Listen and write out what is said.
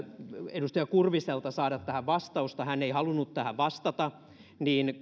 edustaja kurviselta saada tähän vastausta hän ei halunnut tähän vastata niin